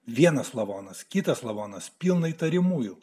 vienas lavonas kitas lavonas pilna įtariamųjų